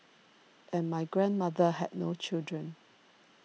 and my grandmother had no children